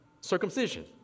circumcision